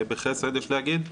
בחסד יש להגיד.